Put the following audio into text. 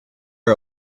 are